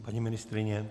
Paní ministryně?